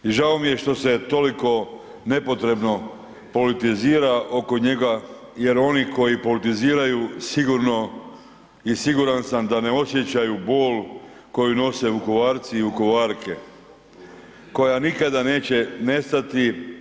I žao mi je što se toliko nepotrebno politizira oko njega jer oni koji politiziraju sigurno i siguran sam da ne osjećaju bol koju nose Vukovarci i Vukovarke, koja nikada neće nestati.